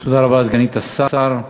תודה רבה לסגנית השר.